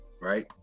right